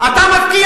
מי מונע